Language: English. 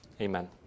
Amen